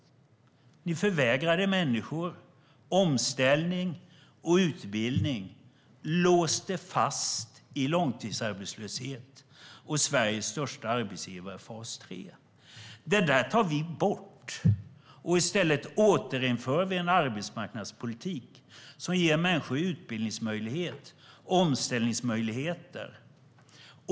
Ni förvägrade människor omställning och utbildning och låste fast dem i långtidsarbetslöshet och hos Sveriges största arbetsgivare, fas 3.Det där tar vi bort. I stället återinför vi en arbetsmarknadspolitik som ger människor utbildningsmöjligheter och omställningsmöjligheter.